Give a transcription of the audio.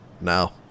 now